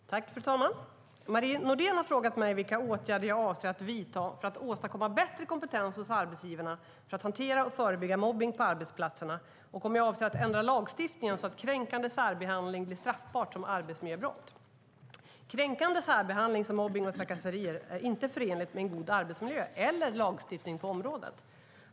Fru talman! Marie Nordén har frågat mig vilka åtgärder jag avser att vidta för att åstadkomma bättre kompetens hos arbetsgivarna för att hantera och förebygga mobbning på arbetsplatserna och om jag avser att ändra lagstiftningen så att kränkande särbehandling blir straffbart som arbetsmiljöbrott. Kränkande särbehandling, som mobbning och trakasserier, är inte förenligt med en god arbetsmiljö eller med lagstiftningen på området.